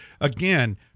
again